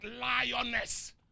lioness